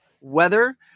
weather